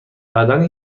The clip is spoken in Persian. بعدا